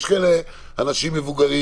יש אנשים מבוגרים